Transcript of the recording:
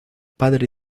padre